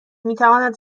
میتواند